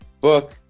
book